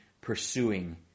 pursuing